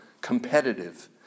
competitive